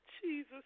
Jesus